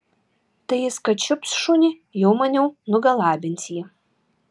tai jis kad čiups šunį jau maniau nugalabins jį